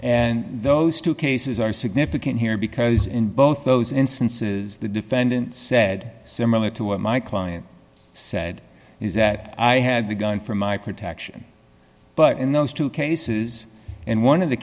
and those two cases are significant here because in both those instances the defendant said similar to what my client said is that i had the gun for my protection but in those two cases and one of the